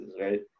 right